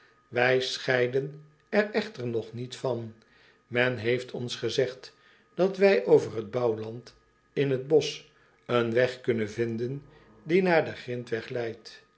wij scheiden er echter nog niet van men heeft ons gezegd dat wij over het bouwland in het bosch een weg kunnen vinden die naar den